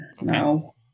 now